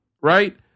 right